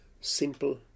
Simple